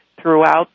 throughout